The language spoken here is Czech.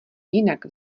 jinak